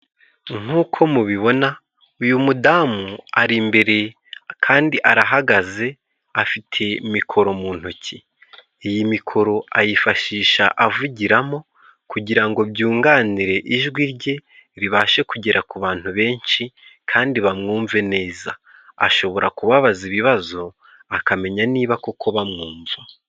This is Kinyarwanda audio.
Nk'uko mubibona ,uyu mudamu ari imbere kandi arahagaze afite mikoro mu ntoki. Iyi mikoro ayifashisha avugiramo kugira ngo byunganire ijwi rye ribashe kugera ku bantu benshi, kandi bamwumve neza. Ashobora kubabaza ibibazo akamenya niba koko bamwumva.